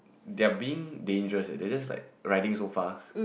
they are being dangerous eh they are just like riding so fast